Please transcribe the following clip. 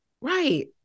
Right